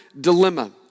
dilemma